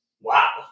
Wow